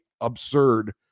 absurd